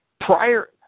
prior